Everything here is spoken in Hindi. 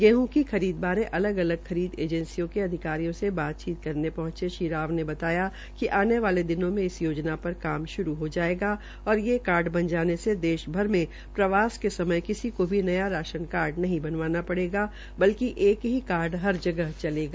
गेहं की खरीद बारे अलग अलग खरीद एजेसियों का अधिकारियों से बातचीत करते हये श्री राव ने बताया कि आने वाले दिनों में इस योजना पर काम श्रू हो जायेगा और ये कार्ड बन जाने से देश भर में प्रवास के समय किसी को भी नया राशन के समय किसी को भी नया राशन कार्ड नहीं बनवाना पड़ेगा बल्कि एक ही कार्ड हर जगह चलेगा